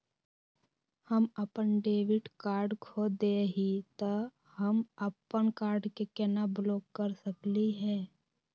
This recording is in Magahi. हम अपन डेबिट कार्ड खो दे ही, त हम अप्पन कार्ड के केना ब्लॉक कर सकली हे?